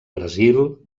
brasil